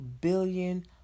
billion